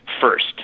first